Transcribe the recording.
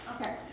Okay